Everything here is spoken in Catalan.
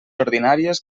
ordinàries